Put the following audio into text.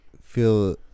feel